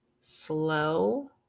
slow